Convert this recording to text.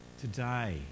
Today